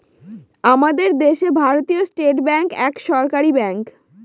আমাদের দেশে ভারতীয় স্টেট ব্যাঙ্ক এক সরকারি ব্যাঙ্ক